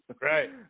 Right